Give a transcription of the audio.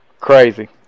crazy